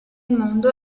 mondo